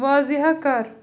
واضع کَر